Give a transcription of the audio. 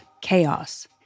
chaos